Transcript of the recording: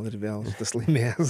ir vėl tas laimėjęs